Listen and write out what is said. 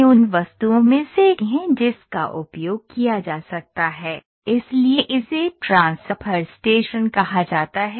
यह उन वस्तुओं में से एक है जिसका उपयोग किया जा सकता है इसलिए इसे ट्रांसफर स्टेशन कहा जाता है